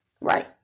right